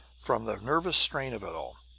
from the nervous strain of it all.